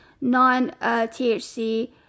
non-THC